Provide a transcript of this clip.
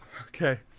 Okay